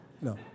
No